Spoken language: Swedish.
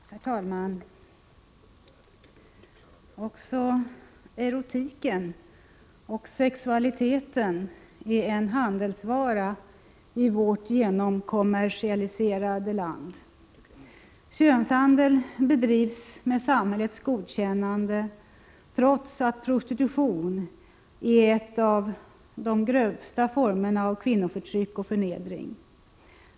Herr talman! Också erotiken och sexualiteten är en handelsvara i vårt genomkommersialiserade land. Könshandel bedrivs med samhällets godkännande, trots att prostitution är en av de grövsta formerna av kvinnoförtryck och förnedring.